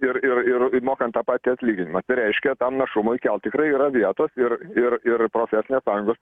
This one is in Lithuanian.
ir ir ir mokant tą patį atlyginimą tai reiškia tam našumui kelt tikrai yra vietos ir ir ir profesinės sąjungos